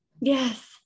Yes